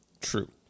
true